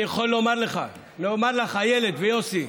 אני יכול לומר לכם, איילת ויוסי: